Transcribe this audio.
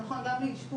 זה נכון גם לאשפוז,